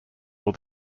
will